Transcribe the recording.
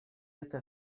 это